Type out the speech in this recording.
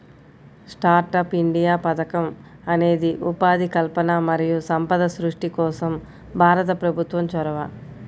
startup India పథకం అనేది ఉపాధి కల్పన మరియు సంపద సృష్టి కోసం భారత ప్రభుత్వం చొరవ